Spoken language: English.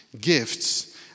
gifts